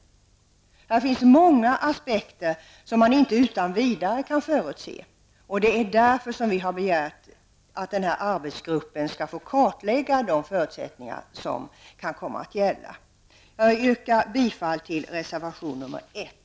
Här finns många aspekter som man inte utan vidare kan förutse, och det är därför som vi har begärt att arbetsgruppen skall få kartlägga de förutsättningar som kan komma att gälla. Herr talman! Jag yrkar bifall till reservation 1.